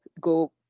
go